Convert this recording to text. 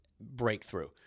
breakthrough –